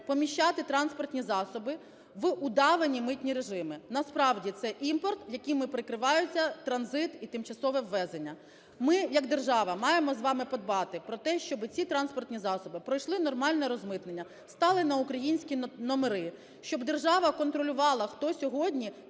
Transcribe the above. поміщати транспортні засоби в удавані митні режими. Насправді це імпорт, яким прикривається транзит і тимчасове ввезення. Ми як держава маємо з вами подбати про те, щоб ці транспортні засоби пройшли нормальне розмитнення, стали на українські номери, щоб держава контролювала, хто сьогодні